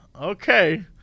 okay